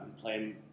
playing